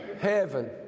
Heaven